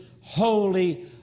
holy